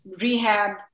rehab